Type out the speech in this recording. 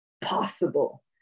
possible